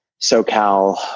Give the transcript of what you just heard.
socal